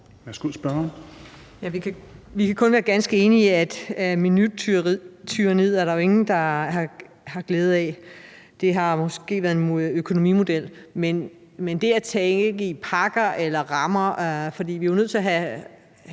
vi kan kun være ganske enige i, at minuttyranniet er der jo ingen der har glæde af. Det har måske været en økonomimodel, men det at tænke i pakker eller rammer – fordi vi jo er nødt til at have